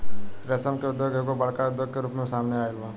रेशम के उद्योग एगो बड़का उद्योग के रूप में सामने आइल बा